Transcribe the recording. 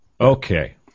Okay